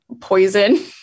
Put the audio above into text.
poison